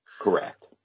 Correct